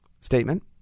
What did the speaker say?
statement